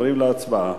עוברים להצבעה.